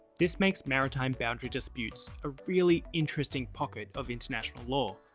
this makes maritime boundary disputes a really interesting pocket of international law,